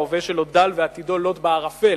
ההווה שלו דל ועתידו לוט בערפל,